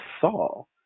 Saul